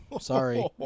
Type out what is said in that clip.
Sorry